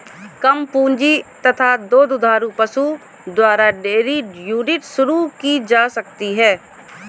कम पूंजी तथा दो दुधारू पशु द्वारा डेयरी यूनिट शुरू की जा सकती है